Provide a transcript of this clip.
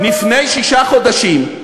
לפני שישה חודשים,